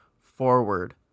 forward